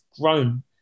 grown